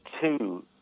two